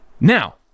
Now